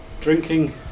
drinking